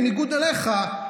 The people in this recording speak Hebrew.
בניגוד אליך,